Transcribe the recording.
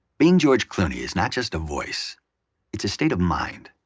being george clooney is not just a voice it's a state of mind.